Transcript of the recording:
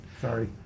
Sorry